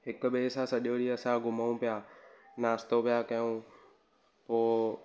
हिक ॿिए सां सॼो ॾींहुं असां घुमूं पिया नास्तो पिया कयूं पोइ